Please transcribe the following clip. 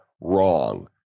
Wrong